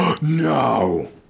no